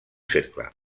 cercle